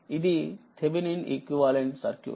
ఇది Thevenin equivalent circuit